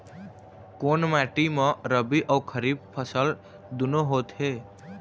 कोन माटी म रबी अऊ खरीफ फसल दूनों होत हे?